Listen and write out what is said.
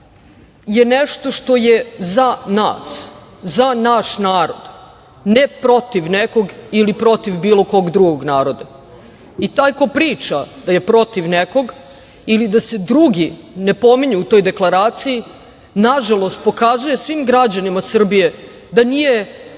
je nešto što je za nas, za naš narod, ne protiv nekog ili protiv bilo kog drugog naroda. Taj ko priča da je protiv nekog ili da se drugi ne pominju u toj deklaraciji, nažalost pokazuje svim građanima Srbije da nije